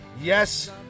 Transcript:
Yes